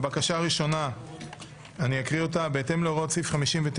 אני אקריא את הבקשה הראשונה: בהתאם להוראות סעיף 59(1)